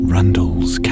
Randall's